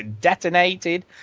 detonated